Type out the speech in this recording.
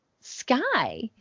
sky